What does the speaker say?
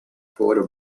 photo